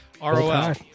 R-O-L